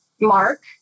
Mark